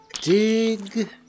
Dig